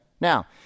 Now